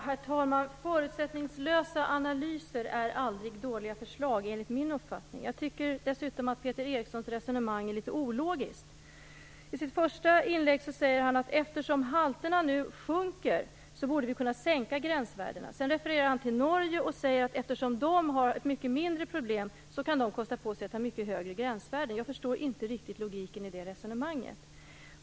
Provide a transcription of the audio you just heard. Herr talman! Förutsättningslösa analyser är aldrig dåliga förslag enligt min uppfattning. Jag tycker dessutom att Peter Erikssons resonemang är litet ologiskt. I sitt första inlägg säger han att eftersom halterna nu sjunker borde vi kunna sänka gränsvärdena. Sedan refererar han till Norge och säger att eftersom de har mindre problem kan de kosta på sig att ha mycket högre gränsvärden. Jag förstår inte riktigt logiken i det resonemanget.